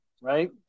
right